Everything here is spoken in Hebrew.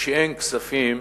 שאין כספים